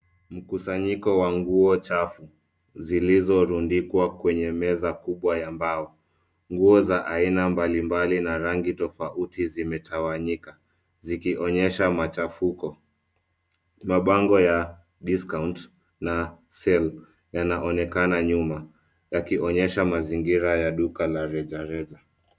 Mkusanyiko wa nguo chafu zilizolundikwa kwenye meza kubwa ya mbao. Nguo za aina mbalimbali na rangi tofauti zimetawanyika, zikionyesha machafuko. Mabango ya discount na sale yanaonekana nyuma, yakionyesha mazingira ya duka la reja reja.